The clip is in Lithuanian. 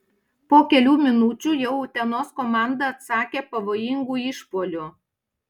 po kelių minučių jau utenos komanda atsakė pavojingu išpuoliu